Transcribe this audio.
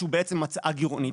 שהוא בעצם הצעה גרעונית,